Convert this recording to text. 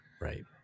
Right